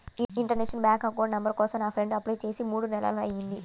international bank account number కోసం నా friend apply చేసి మూడు నెలలయ్యింది